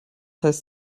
heißt